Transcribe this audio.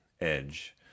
edge